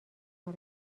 آرش